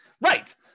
Right